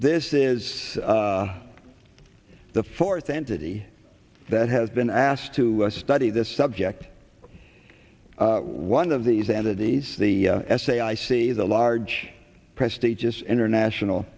this is the fourth entity that has been asked to study this subject one of these entities the s a i c the large prestigious international